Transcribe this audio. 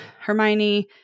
Hermione